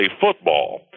Football